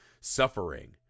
suffering